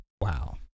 Wow